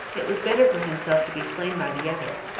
it was better for himself to be slain by the other,